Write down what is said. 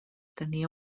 tenia